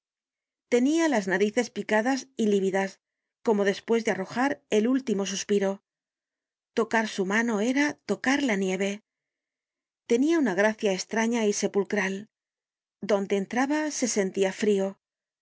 tenia las narices picadas y lívidas como despues de arrojar el último suspiro tocar su mano era tocar la nieve tenia una gracia estraña y sepulcral donde entraba se sentia frio